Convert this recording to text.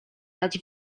dać